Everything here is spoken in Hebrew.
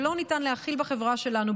שלא ניתן להכיל בחברה שלנו,